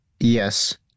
Yes